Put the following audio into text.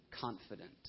confident